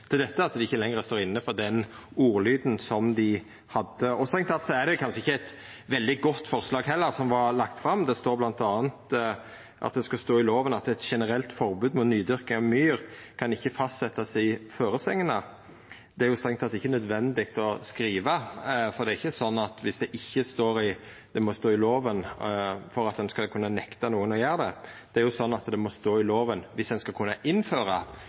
dette, at dei ikkje lenger står inne for den ordlyden som dei hadde. Strengt teke er det kanskje heller ikkje eit veldig godt forslag som vart lagt fram. Det står bl.a. at dette skal stå i loven: «Eit generelt forbod mot nydyrking av myr kan ikkje fastsetjast i føresegna.» Det er strengt teke ikkje nødvendig å skriva, for det er ikkje sånn at det må stå i loven for at ein skal kunna nekta nokon å gjera det. Det er sånn at det må stå i loven viss ein skal kunna innføra